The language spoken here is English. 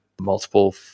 multiple